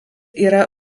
yra